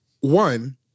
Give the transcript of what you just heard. one